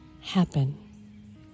happen